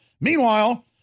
Meanwhile